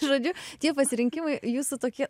žodžiu tie pasirinkimai jūsų tokie